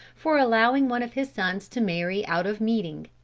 for allowing one of his sons to marry out of meeting.